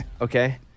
Okay